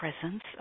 presence